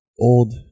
old